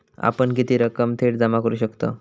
आपण किती रक्कम थेट जमा करू शकतव?